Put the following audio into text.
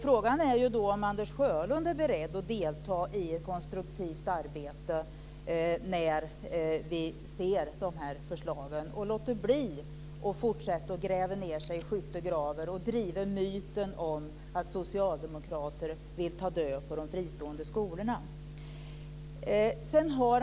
Frågan är då om Anders Sjölund är beredd att delta i ett konstruktivt arbete när vi ser de här förslagen, låter bli att fortsätta med att gräva ned sig i skyttegravar och driva myten om att socialdemokrater vill ta död på de fristående skolorna.